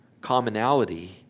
commonality